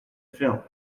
film